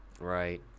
right